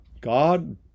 God